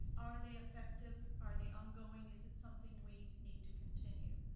are they effective, are they ongoing, is it something we need to continue?